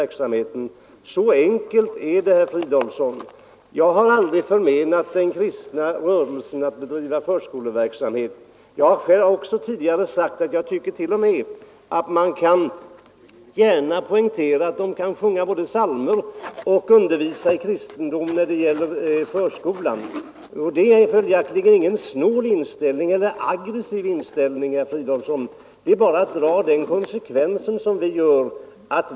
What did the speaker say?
Så enkelt är det, herr Fridolfsson. Jag har aldrig förmenat den kristna rörelsen att bedriva förskoleverksamhet. Tidigare har jag t.o.m. sagt att i sådana skolor får man gärna sjunga psalmer och undervisa i kristendom. Det är ingen snål eller aggressiv inställning, herr Fridolfsson, utan det är bara en konsekvens av vårt ställningstagande.